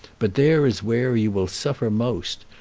but there is where you will suffer most,